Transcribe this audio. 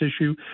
issue